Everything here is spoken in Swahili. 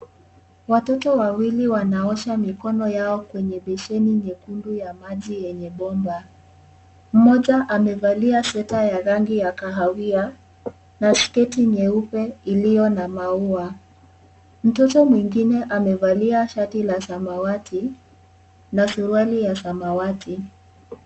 Watoto wawili wanaosha mikono yao kwenye beseni nyekundu ya maji yenye bomba. Mmoja amevalia sweta ya rangi ya kahawia na sketi nyeupe iliyo na maua. Mtoto mwingine amevalia shati ya samawati na suruali ya samawati.